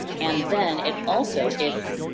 and then, it also if,